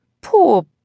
Poor